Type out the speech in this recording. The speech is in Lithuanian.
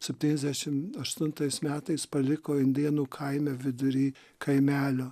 septyniasdešim aštuntais metais paliko indėnų kaime vidury kaimelio